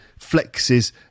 flexes